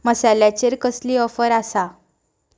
मसाल्याचेर कसली ऑफर आसा